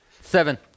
Seven